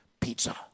pizza